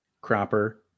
Cropper